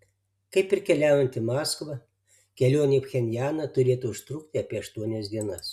kaip ir keliaujant į maskvą kelionė į pchenjaną turėtų užtrukti apie aštuonias dienas